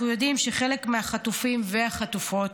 אנחנו יודעים שחלק מהחטופים והחטופות